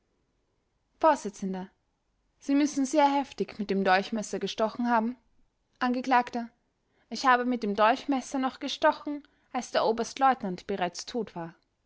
vors sie müssen sehr heftig mit dem dolchmesser gestochen haben angekl ich habe mit dem dolchmesser noch gestochen als der oberstleutnant bereits tot war